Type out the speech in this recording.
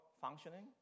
functioning